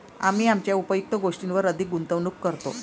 आम्ही आमच्या उपयुक्त गोष्टींवर अधिक गुंतवणूक करतो